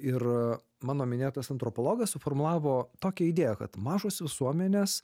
ir mano minėtas antropologas suformulavo tokią idėją kad mažos visuomenės